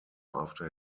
after